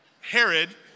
Herod